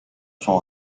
son